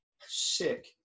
sick